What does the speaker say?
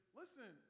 listen